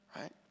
right